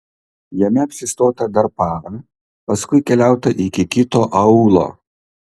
jame apsistota dar parą paskui keliauta iki kito aūlo